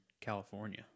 California